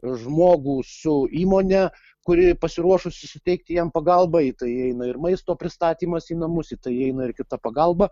žmogų su įmone kuri pasiruošusi suteikti jam pagalbą į tai įeina ir maisto pristatymas į namus į tai įeina ir kita pagalba